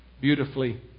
beautifully